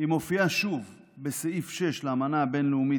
היא מופיעה שוב בסעיף 6 לאמנה הבין-לאומית